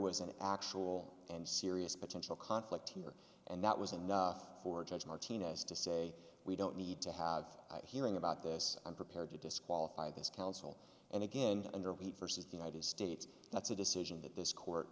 was an actual and serious potential conflict here and that was enough for a judge martinez to say we don't need to have hearing about this i'm prepared to disqualify this counsel and again and repeat versus the united states that's a decision that this court